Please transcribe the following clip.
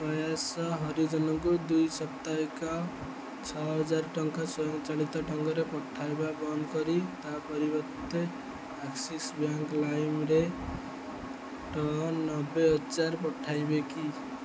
ପ୍ରୟାସ ହରିଜନଙ୍କୁ ଦ୍ୱିସପ୍ତାହିକ ଛଅହଜାର ଟଙ୍କା ସ୍ୱୟଂ ଚାଳିତ ଢଙ୍ଗରେ ପଠାଇବା ବନ୍ଦ କରି ତା' ପରିବର୍ତ୍ତେ ଆକ୍ସିସ୍ ବ୍ୟାଙ୍କ ଲାଇମ୍ରେ ଟ ନବେହଜାର ପଠାଇବେ କି